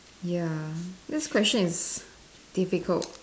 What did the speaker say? ya this question is difficult